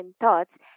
thoughts